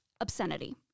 obscenity